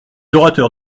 orateurs